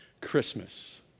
Christmas